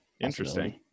Interesting